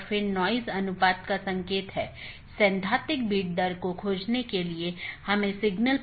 अगर जानकारी में कोई परिवर्तन होता है या रीचचबिलिटी की जानकारी को अपडेट करते हैं तो अपडेट संदेश में साथियों के बीच इसका आदान प्रदान होता है